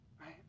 right